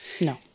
No